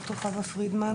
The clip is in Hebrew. ד"ר חוה פרידמן,